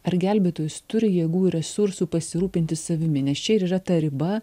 ar gelbėtojus turi jėgų ir resursų pasirūpinti savimi nes čia ir yra ta riba